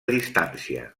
distància